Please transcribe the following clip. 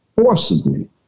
forcibly